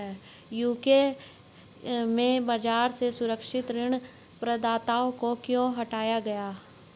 UK में बाजार से सुरक्षित ऋण प्रदाताओं को क्यों हटाया गया?